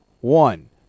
one